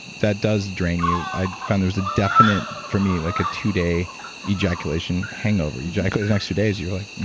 that does drain you. i find there's a definite. for me, like a two day ejaculation hangover. you ejaculate the next few days, you're like,